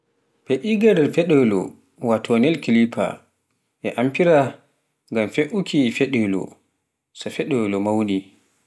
fe'irgal feɗelo watonail clipper, e amfire ngam fe'uuki feɗelo, so feɗelo mawni.